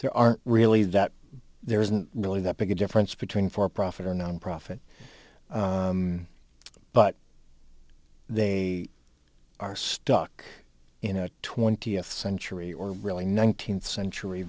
there aren't really that there isn't really that big a difference between for profit or nonprofit but they are stuck in a twentieth century or really nineteenth century